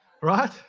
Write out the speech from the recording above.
right